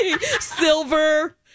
silver